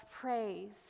praise